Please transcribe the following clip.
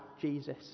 Jesus